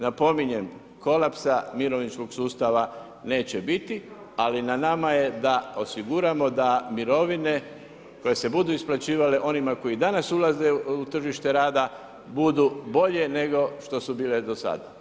Napominjem kolapsa mirovinskog sustava neće biti, ali na nama je da osiguramo da mirovine, koji se budu isplaćivale onima koji danas ulaze u tržište rada, budu bolje nego što su bile do sada.